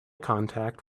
contact